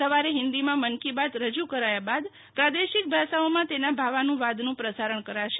સવારે હિન્દીમાં મન કી બાત રજૂ કરાયા બાદ પ્રાદેશિક ભાષાઓમાં તેના ભાવાનુવાદનું પ્રસારણ કરાશે